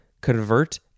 convert